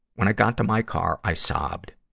when i got to my car, i sobbed.